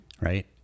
Right